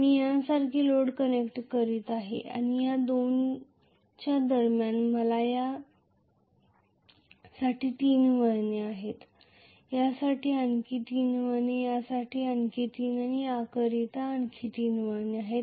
मी यासारखे load connect करीत आहे आणि या दोनच्या दरम्यान मला या साठी तीन वळणे आहेत यासाठी आणखी तीन वळणे यासाठी आणखी तीन वळणे आणि याकरिता आणखी तीन वळणे आहेत